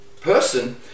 person